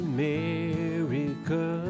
America